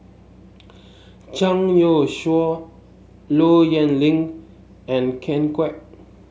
Zhang Youshuo Low Yen Ling and Ken Kwek